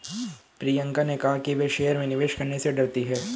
प्रियंका ने कहा कि वह शेयर में निवेश करने से डरती है